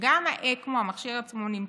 שגם מכשיר אקמו עצמו נמצא,